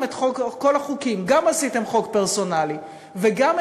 את כל החוקים גם עשיתם חוק פרסונלי,